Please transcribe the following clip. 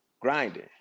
Grinding